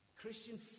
christian